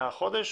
חודש